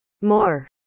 more